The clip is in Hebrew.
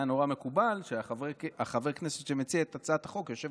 והיה נורא מקובל שחבר הכנסת שמציע את הצעת החוק יושב